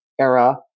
era